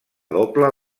doble